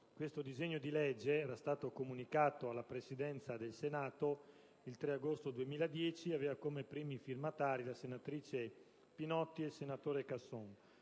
a grappolo: esso è stato comunicato alla Presidenza del Senato il 3 agosto 2010, ha come primi firmatari la senatrice Pinotti e il senatore Casson